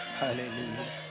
hallelujah